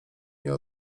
nie